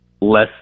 less